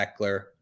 Eckler